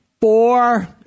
Four